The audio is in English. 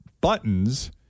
buttons